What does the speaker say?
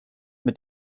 mit